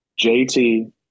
JT